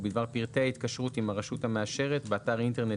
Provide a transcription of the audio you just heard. ובדבר פרטי ההתקשרות עם הרשות המאשרת באתר האינטרנט